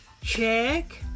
Check